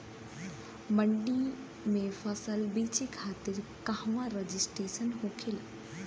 मंडी में फसल बेचे खातिर कहवा रजिस्ट्रेशन होखेला?